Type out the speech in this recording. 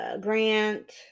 Grant